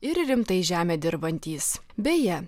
ir rimtai žemę dirbantys beje